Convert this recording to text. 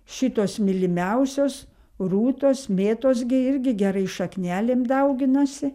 šitos mylimiausios rūtos mėtos gi irgi gerai šaknelėm dauginasi